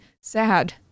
sad